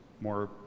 more